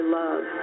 love